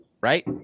Right